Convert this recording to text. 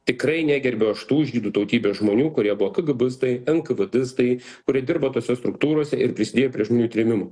tikrai negerbiu aš tų žydų tautybės žmonių kurie buvo kigibistai enkavedistai kurie dirbo tose struktūrose ir prisidėjo prie žmonių trėmimų